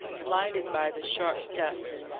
blinded by the sharp dust,